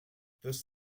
this